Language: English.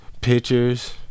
pictures